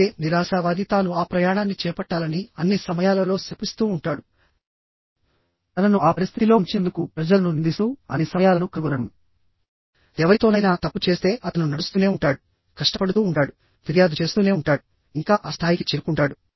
అయితే నిరాశావాది తాను ఆ ప్రయాణాన్ని చేపట్టాలని అన్ని సమయాలలో శపిస్తూ ఉంటాడు తనను ఆ పరిస్థితిలో ఉంచినందుకు ప్రజలను నిందిస్తూ అన్ని సమయాలను కనుగొనడం ఎవరితోనైనా తప్పు చేస్తే అతను నడుస్తూనే ఉంటాడు కష్టపడుతూ ఉంటాడు ఫిర్యాదు చేస్తూనే ఉంటాడు ఇంకా ఆ స్థాయికి చేరుకుంటాడు